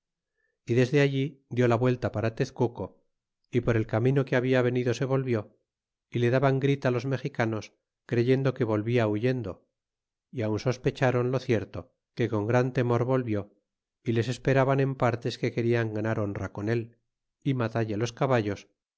y desde allí dió la vuelta para tezcuco y por el camino que habla venido se volvió y le daban grita los mexicanos creyendo que volvia huyendo y aun sospecharon lo cierto que con gran temor volvió y les esperaban en partes que querian ganar honra con él y matalle los caballos